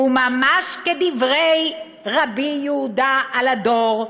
וממש כדברי רבי יהודה על הדור: